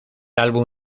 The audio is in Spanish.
álbum